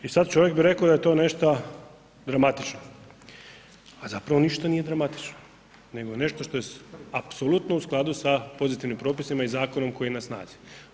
I sad čovjek bi reko da je to nešta dramatično, a zapravo ništa nije dramatično, nego je nešto što je apsolutno u skladu sa pozitivnim propisima i zakonom koji je na snazi.